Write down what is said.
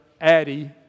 Addie